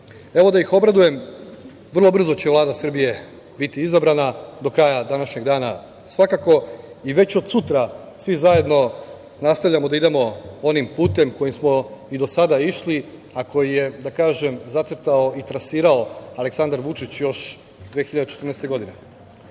Evo, da ih obradujem - vrlo brzo će Vlada Srbije biti izabrana, do kraja današnjeg dana, svakako, i već od sutra svi zajedno nastavljamo da idemo onim putem kojim smo i do sada išli, a koji je, da kažem, zacrtao i trasirao Aleksandar Vučić još 2014.